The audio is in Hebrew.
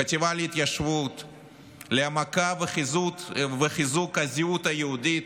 לחטיבה להתיישבות, להעמקה וחיזוק הזהות היהודית.